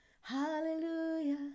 hallelujah